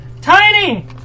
Tiny